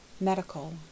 medical